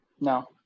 no